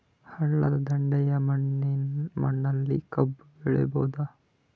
ಹಳ್ಳದ ದಂಡೆಯ ಮಣ್ಣಲ್ಲಿ ಕಬ್ಬು ಬೆಳಿಬೋದ?